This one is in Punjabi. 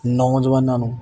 ਨੌਜਵਾਨਾਂ ਨੂੰ